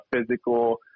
physical